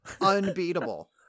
unbeatable